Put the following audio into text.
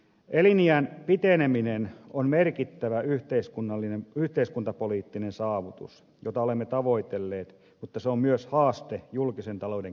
eliniän piteneminen on merkittävä yhteiskuntapoliittinen saavutus jota olemme tavoitelleet mutta se on myös haaste julkisen talouden kestävyydelle